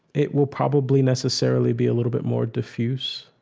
it will probably necessarily be a little bit more diffuse,